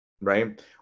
Right